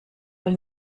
wohl